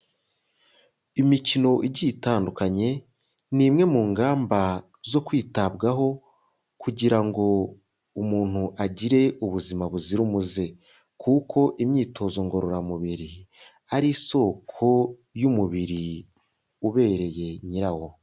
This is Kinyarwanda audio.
Imikino igiye itandukanye ni imwe mu ngamba zo kwitabwaho kugira ngo umuntu agire ubuzima buzira umuze, kuko imyitozo ngororamubiri ari isoko y'umubiri ubereye nyirawo.